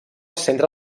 centre